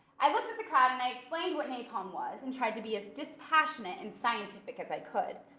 i looked at the crowd and i explained what napalm was, and tried to be as dispassionate and scientific as i could.